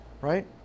right